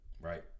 Right